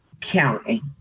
county